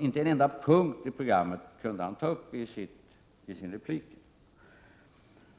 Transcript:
Inte en enda punkt i programmet kunde han ta upp i sin replik.